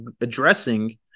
addressing